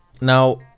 now